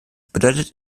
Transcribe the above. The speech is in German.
bedeutet